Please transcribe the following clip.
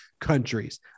countries